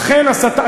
אכן הסתה.